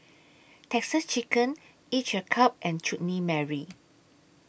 Texas Chicken Each A Cup and Chutney Mary